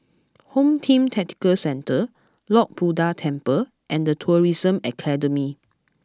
Home Team Tactical Centre Lord Buddha Temple and Tourism Academy